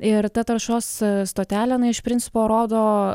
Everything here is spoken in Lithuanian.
ir ta taršos stotelė na iš principo rodo